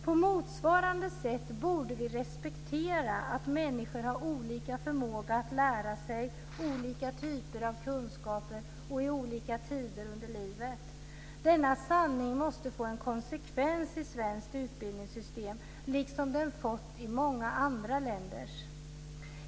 På motsvarande sätt borde vi respektera att människor har olika förmåga att lära sig olika typer av kunskaper och i olika tider av livet. Denna sanning måste få en konsekvens i svenskt utbildningssystem, liksom den har fått i många andra länder.